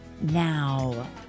Now